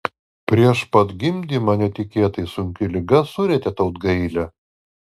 prieš pat gimdymą netikėtai sunki liga surietė tautgailę